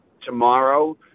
tomorrow